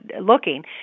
looking